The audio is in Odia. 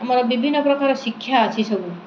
ଆମର ବିଭିନ୍ନ ପ୍ରକାର ଶିକ୍ଷା ଅଛି ସବୁ